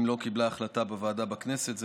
אם לא קיבלה הוועדה בכנסת החלטה,